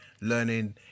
learning